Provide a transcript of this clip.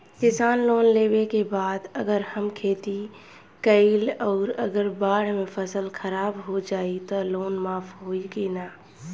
किसान लोन लेबे के बाद अगर हम खेती कैलि अउर अगर बाढ़ मे फसल खराब हो जाई त लोन माफ होई कि न?